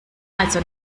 also